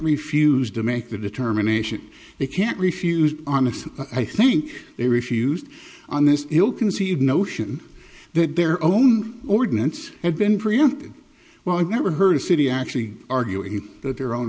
refuse to make the determination it can't refuse honest i think they refused on this ill conceived notion that their own ordinance had been preempted well i've never heard a city actually arguing that their own